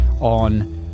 on